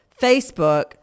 Facebook